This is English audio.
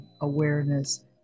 awareness